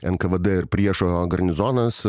nkvd ir priešo garnizonas